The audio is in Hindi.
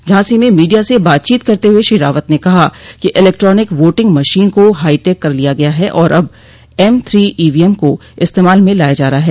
झांसी में मीडिया से बातचीत करते हुए श्री रावत ने कहा कि इलेक्ट्रानिक वोटिंग मशीन को हाईटेक कर लिया गया है और अब एमथ्री ईवीएम को इस्तेमाल में लाया जा रहा है